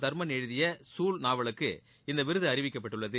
தர்மன் எழுதிய சூல் நாவலுக்கு இந்த விருது அறிவிக்கப்பட்டுள்ளது